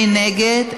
מי נגד?